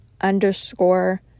underscore